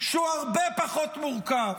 שהוא הרבה פחות מורכב,